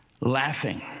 laughing